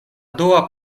dua